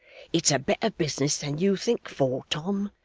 it's a better business than you think for, tom,